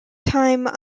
time